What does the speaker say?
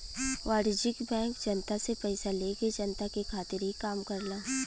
वाणिज्यिक बैंक जनता से पइसा लेके जनता के खातिर ही काम करला